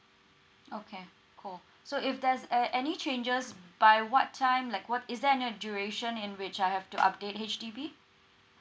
okay cool so if there's a~ any changes by what time like what is there any duration in which I have to update H_D_B